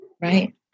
Right